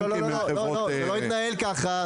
יש הגנה ללקוח במצב שבו הוא לא קיבל תמורה.